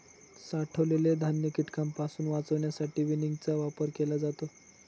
साठवलेले धान्य कीटकांपासून वाचवण्यासाठी विनिंगचा वापर केला जातो